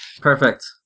Perfect